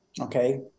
Okay